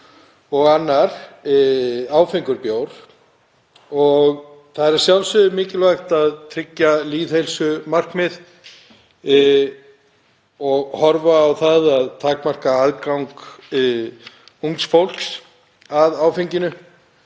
og áfengur bjór. Það er að sjálfsögðu mikilvægt að tryggja lýðheilsumarkmið og horfa á það að takmarka aðgang ungs fólks að áfengi